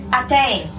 attain